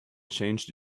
changed